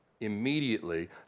immediately